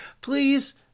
please